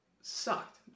sucked